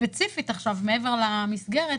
ספציפית עכשיו מעבר למסגרת,